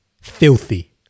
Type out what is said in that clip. filthy